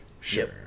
Sure